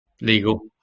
legal